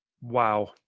Wow